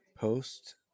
post